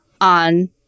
on